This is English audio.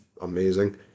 amazing